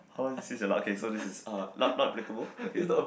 how is this this your luck so this is uh not not applicable okay